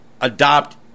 adopt